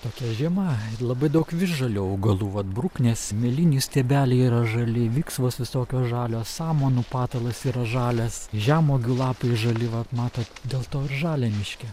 tokia žiema labai daug visžalių augalų vat bruknės mėlynių stiebeliai yra žali viksvos visokios žalios samanų patalas yra žalias žemuogių lapai žali vat matot dėl to žalia miške